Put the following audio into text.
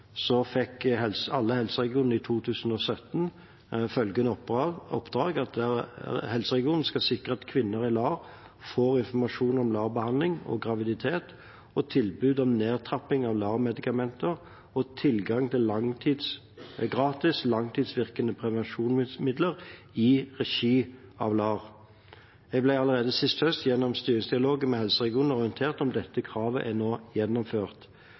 fikk alle helseregionene i 2017 følgende oppdrag, at helseregionene skal «sikre at kvinner i LAR får informasjon om LAR-behandling og graviditet og tilbud om nedtrapping av LAR-medikamenter, og tilgang til gratis langtidsvirkende prevensjonsmidler i regi av LAR». Jeg ble allerede sist høst gjennom styringsdialogen med helseregionene orientert om at dette kravet er gjennomført,